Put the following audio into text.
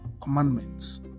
commandments